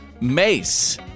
Mace